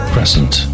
Crescent